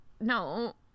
no